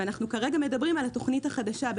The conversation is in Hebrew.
כרגע אנחנו מדברים על התוכנית החדשה,